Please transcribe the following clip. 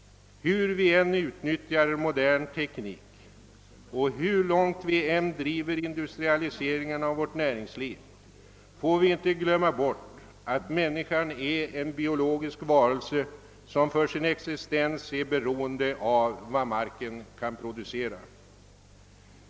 Hur vi än utnyttjar modern teknik och hur långt vi än driver industrialiseringen av vårt näringsliv får vi inte glömma bort att människan är en biologisk varelse, som för sin existens är beroende av vad marken kan producera.